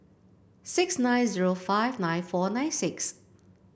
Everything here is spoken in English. six nine zero five nine four nine six